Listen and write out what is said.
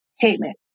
payment